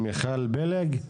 מיכל פלג?